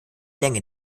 länge